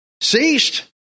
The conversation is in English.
ceased